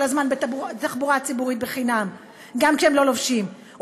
הזמן בתחבורה הציבורית בחינם גם כשהם לא לובשים מדים,